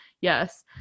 Yes